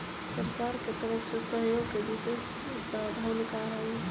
सरकार के तरफ से सहयोग के विशेष प्रावधान का हई?